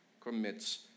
commits